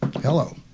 Hello